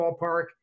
ballpark